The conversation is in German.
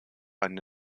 eine